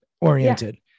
oriented